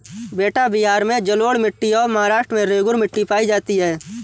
बेटा बिहार में जलोढ़ मिट्टी और महाराष्ट्र में रेगूर मिट्टी पाई जाती है